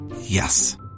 Yes